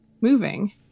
moving